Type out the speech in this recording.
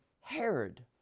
Herod